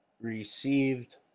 received